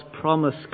promise